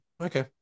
Okay